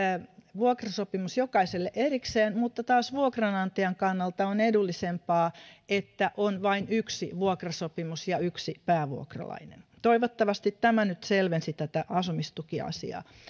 vuokrasopimus jokaiselle erikseen mutta taas vuokranantajan kannalta on edullisempaa että on vain yksi vuokrasopimus ja yksi päävuokralainen toivottavasti tämä nyt selvensi tätä asumistukiasiaa